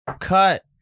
cut